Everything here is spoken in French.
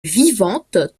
vivante